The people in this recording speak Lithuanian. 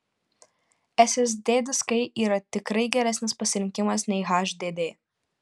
ssd diskai yra tikrai geresnis pasirinkimas nei hdd